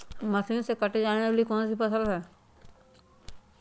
Machine से काटे जाने वाली कौन सी फसल है?